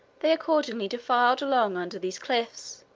they accordingly defiled along under these cliffs,